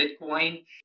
Bitcoin